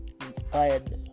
inspired